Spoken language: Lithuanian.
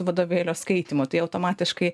vadovėlio skaitymu tai automatiškai